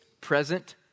present